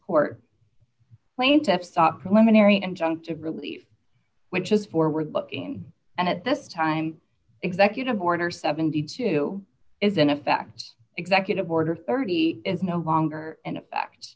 court plaintiff's stock luminary injunctive relief which is forward looking at this time executive order seventy two is in effect executive order thirty is no longer in effect